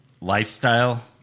lifestyle